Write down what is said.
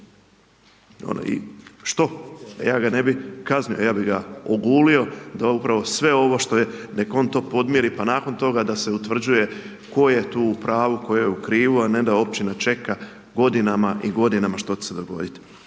I što, ja ga ne bi kaznio, ja bi ga ogulio, da upravo sve ovo što je, nek on to podmiri, pa nakon toga, da se utvrđuje, tko je tu u pravu, tko je u krivu, a ne da općina čeka, godinama i godinama što će se dogoditi.